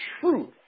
truth